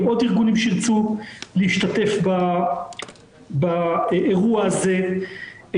עוד ארגונים שירצו להשתתף באירוע הזה,